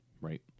Right